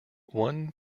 one